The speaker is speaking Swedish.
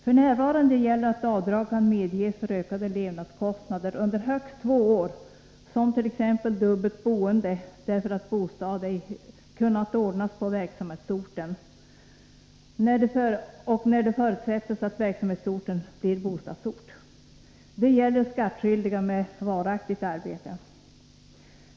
F. n. gäller att avdrag kan medges för ökade levnadskostnader under högst två år, t.ex. vid dubbelt boende på grund av att bostad ej kunnat ordnas på verksamhetsorten och när det förutsätts att verksamhetsorten blir bostadsort. Detta gäller skattskyldiga med varaktigt arbete.